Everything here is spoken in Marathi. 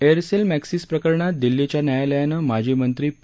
एअरसेल मॅक्सीस प्रकरणात दिल्लीच्या न्यायालयानं माजी मंत्री पी